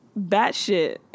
batshit